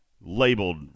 labeled